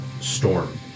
storm